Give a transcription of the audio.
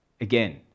Again